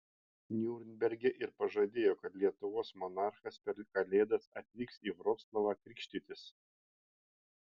niurnberge ir pažadėjo kad lietuvos monarchas per kalėdas atvyks į vroclavą krikštytis